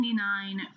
1999